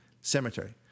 cemetery